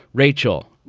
rachel,